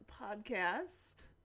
podcast